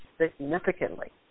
significantly